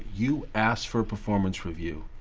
you asked for a performance review,